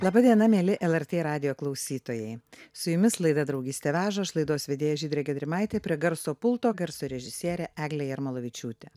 laba diena mieli lrt radijo klausytojai su jumis laida draugystė veža aš laidos vedėja žydrė gedrimaitė prie garso pulto garso režisierė eglė jarmalavičiūtė